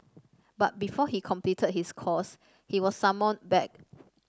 but before he completed his course he was summoned back